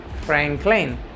Franklin